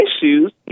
issues